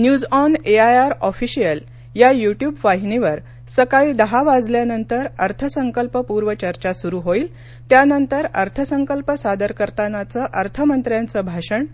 news on AIR official या YouTube वाहिनीवर सकाळी दहा वाजल्यानंतर अर्थसंकल्प पूर्व चर्चा सुरु होईल त्यानंतर अर्थसंकल्प सादर करतानाचं अर्थमंत्र्याचं भाषण